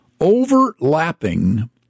overlapping